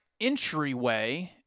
entryway